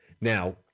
Now